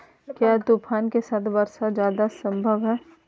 क्या तूफ़ान के साथ वर्षा जायदा संभव है?